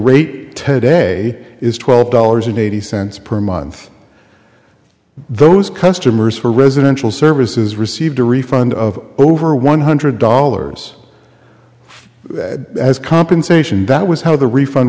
rate ten day is twelve dollars and eighty cents per month those customers for residential services received a refund of over one hundred dollars as compensation that was how the refund